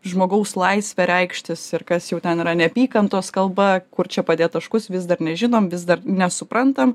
žmogaus laisvę reikštis ir kas jau ten yra neapykantos kalba kur čia padėt taškus vis dar nežinom vis dar nesuprantam